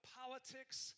politics